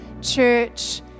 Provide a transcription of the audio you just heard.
church